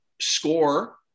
score